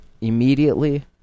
Immediately